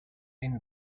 been